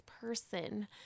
person